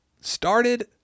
started